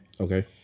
Okay